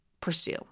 pursue